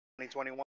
2021